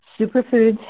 Superfoods